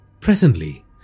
Presently